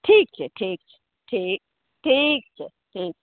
ठीक छै ठीक छै ठीक ठीक छै ठीक